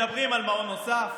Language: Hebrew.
מדברים על מעון נוסף,